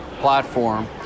platform